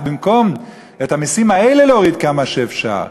במקום את המסים האלה להוריד כמה שאפשר,